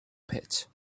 pit